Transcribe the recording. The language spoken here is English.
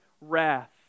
wrath